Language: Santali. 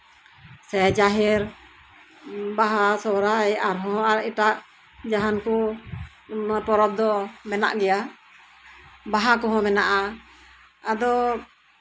ᱥᱮ ᱡᱟᱸᱦᱮᱨ ᱵᱟᱦᱟ ᱥᱚᱨᱦᱟᱭ ᱟᱨᱦᱚᱸ ᱮᱴᱟᱜ ᱡᱟᱦᱟᱱ ᱠᱚ ᱯᱚᱨᱚᱵᱽ ᱫᱚ ᱢᱮᱱᱟᱜ ᱜᱮᱭᱟ ᱵᱟᱦᱟ ᱠᱚᱦᱚᱸ ᱢᱮᱱᱟᱜᱼᱟ ᱟᱫᱚ